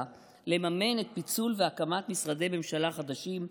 לממן את הפיצול וההקמה של משרדי הממשלה החדשים,